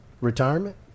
Retirement